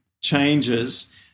changes